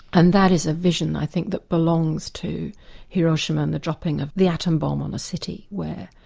and that is a vision i think that belongs to hiroshima, and the dropping of the atom bomb on a city where,